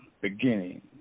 beginning